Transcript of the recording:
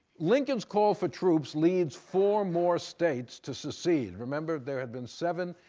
lincoln's call for troops leads four more states to secede. remember, there had been seven.